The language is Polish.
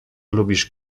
lubisz